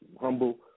humble